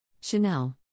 Chanel